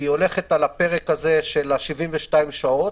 היא הולכת על הפרק של 72 שעות.